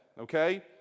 Okay